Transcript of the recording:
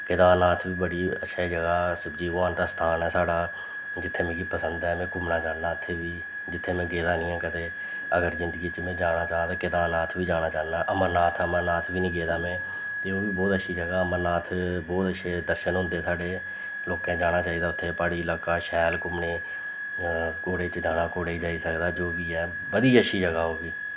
केदारनाथ बी बड़ी अच्छी जगह् शिवजी भगवान दा स्थान ऐ साढ़ा जित्थें मिगी पसंद ऐ में घूमना चाह्न्नां उत्थें बी जित्थें में गेदा नी ऐ कदें ते अगर जिंदगी में जाना चाहन्नां ते केादरनाथ बी जाना चाह्न्नां अमरनाथ अमरनाथ बी नी गेदा में ते ओह् बी बोह्त अच्छी जगह् अमरनाथ बोह्त अच्छे दर्शन होंदे साढ़े लोकें जाना चाहिदा उत्थें प्हाड़ी इलाका ऐ शैल घूमने घोड़ें जाना घोड़े जाई सकदा जो बी ऐ बड़ी अच्छी जगह् ओह् बी